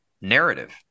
narrative